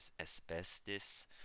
asbestos